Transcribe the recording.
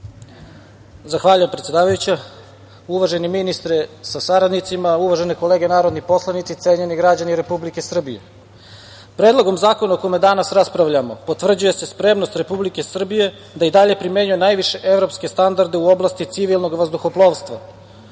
Zahvaljujem, predsedavajuća. Uvaženi ministre sa saradnicima, uvažene kolege narodni poslanici, cenjeni građani Republike Srbije, Predlogom zakona o kome danas raspravljamo potvrđuje se spremnost Republike Srbije da i dalje primenjuje najviše evropske standarde u oblasti civilnog vazduhoplovstva